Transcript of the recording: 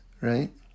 right